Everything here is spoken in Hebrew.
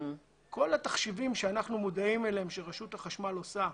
כל התחשיבים שאנחנו מודעים להם שרשות החשמל עושה,